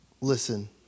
Listen